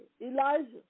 Elijah